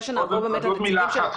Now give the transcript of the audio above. שנעבור לנציגים של --- עוד מילה אחת,